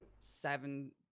seven